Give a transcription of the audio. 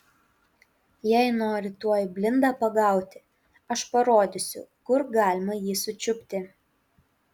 jei nori tuoj blindą pagauti aš parodysiu kur galima jį sučiupti